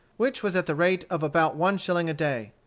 which was at the rate of about one shilling a day.